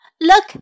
Look